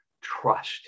trust